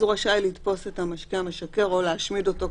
אז הוא רשאי לתפוס את המשקה המשכר או להשמיד אותו,